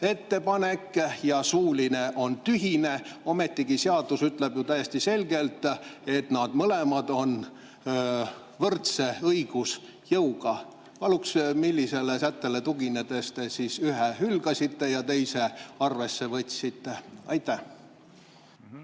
paberettepanek ja suuline on tühine. Ometigi seadus ütleb ju täiesti selgelt, et nad mõlemad on võrdse õigusjõuga. Palun, millisele sättele tuginedes te ühe hülgasite ja teise arvesse võtsite? Aitäh!